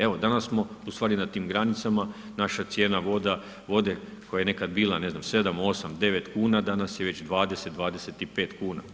Evo danas smo ustvari na tim granicama, naša cijena vode koja je nekad bila ne znam 7, 8, 9 kuna, danas je već 20, 25 kuna.